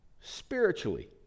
spiritually